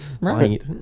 Right